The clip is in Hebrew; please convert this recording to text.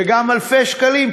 ולהגיע לאלפי שקלים,